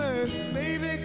Baby